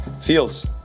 feels